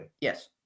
Yes